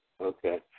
Okay